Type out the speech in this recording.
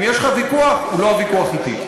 אם יש לך ויכוח, הוא לא הוויכוח אתי.